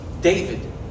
David